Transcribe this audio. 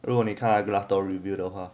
如果你看他的 glassdoor review 的话